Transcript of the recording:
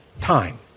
time